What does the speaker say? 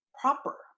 proper